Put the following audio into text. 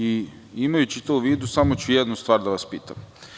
Imajući to u vidu samo ću jednu stvar da vas pitam.